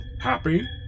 Happy